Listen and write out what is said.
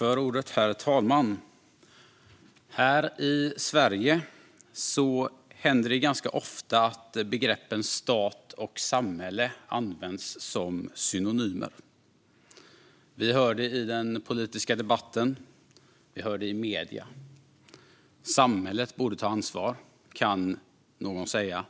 Herr talman! Här i Sverige händer det ganska ofta att begreppen stat och samhälle används som synonymer. Vi hör det i den politiska debatten och i medier. Samhället borde ta ansvar, kan någon säga.